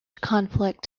conflict